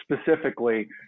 specifically